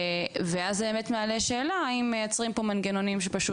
ואז זה אמת מעלה שאלה האם מייצרים פה